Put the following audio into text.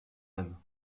même